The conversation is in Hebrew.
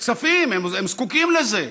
כספים, הם זקוקים לזה.